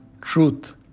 truth